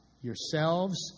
yourselves